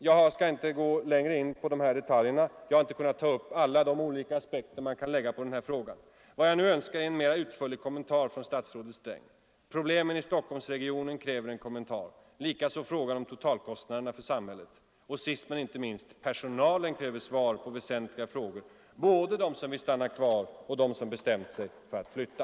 Jag skall inte gå längre in på de här detaljerna. Jag har inte kunnat ta upp alla aspekter man kan lägga på denna fråga. Vad jag nu önskar är en mer utförlig kommentar från statsrådet Sträng. Problemen i Stockholmsregionen erfordrar en kommentar, likaså frågan om totalkostnaderna för samhället. Sist men inte minst kräver personalen svar på väsentliga frågor — både de som vill stanna kvar och de som bestämt sig för att flytta